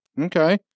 Okay